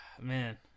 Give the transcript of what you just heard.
Man